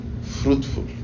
fruitful